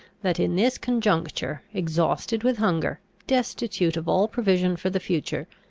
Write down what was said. that, in this conjuncture, exhausted with hunger, destitute of all provision for the future,